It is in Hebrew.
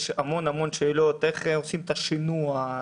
יש המון המון שאלות: איך עושים את השינוע?